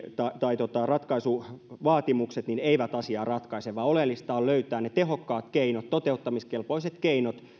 tai ratkaisuvaatimukset eivät asiaa ratkaise vaan oleellista on löytää ne tehokkaat keinot toteuttamiskelpoiset keinot